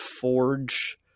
Forge